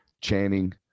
Channing